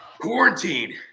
Quarantine